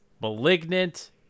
Malignant